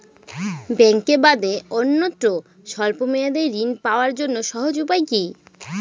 ব্যাঙ্কে বাদে অন্যত্র স্বল্প মেয়াদি ঋণ পাওয়ার জন্য সহজ উপায় কি?